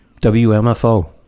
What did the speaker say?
WMFO